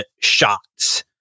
shots